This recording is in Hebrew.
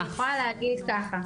אני יכולה להגיד ככה,